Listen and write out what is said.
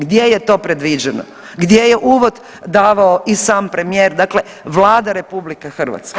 Gdje je to predviđeno, gdje je uvod davao i sam premijer dakle Vlada RH?